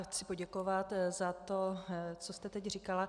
Chci poděkovat za to, co jste teď říkala.